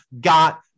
got